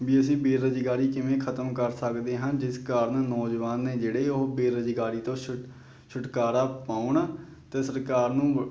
ਵੀ ਅਸੀਂ ਬੇਰੁਜ਼ਗਾਰੀ ਕਿਵੇਂ ਖਤਮ ਕਰ ਸਕਦੇ ਹਾਂ ਜਿਸ ਕਾਰਨ ਨੌਜਵਾਨ ਨੇ ਜਿਹੜੇ ਉਹ ਬੇਰੁਜ਼ਗਾਰੀ ਤੋਂ ਛੁਟ ਛੁਟਕਾਰਾ ਪਾਉਣ ਅਤੇ ਸਰਕਾਰ ਨੂੰ